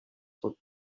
خود